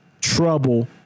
trouble